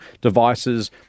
devices